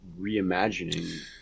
reimagining